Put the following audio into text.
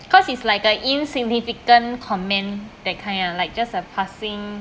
because it's like a insignificant comment that kind ah like just a passing